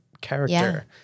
character